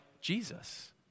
Jesus